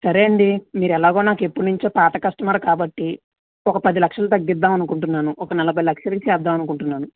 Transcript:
సరే అండి మీరెలాగో నాకు ఎప్పట్నుంచో పాత కష్టమర్ కాబట్టి ఒక పది లక్షలు తగ్గిద్దాం అనుకుంటున్నాను ఒక నలభై లక్షలకి చేద్దామనుకుంటున్నాను